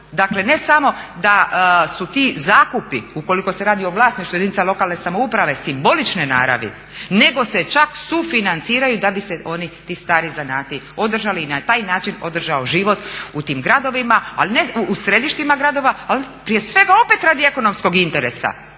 Dakle ne samo da su ti zakupi ukoliko se radi o vlasništvu jedinica lokalne samouprave simbolične naravi nego se čak sufinanciraju da bi se ti stari zanati održali i na taj način održao život u tim gradovima, u središtima gradova ali prije svega opet radi ekonomskog interesa,